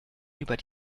über